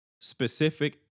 specific